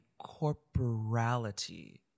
corporality